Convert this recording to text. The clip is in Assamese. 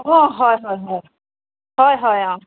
অ হয় হয় হয় হয় হয় অ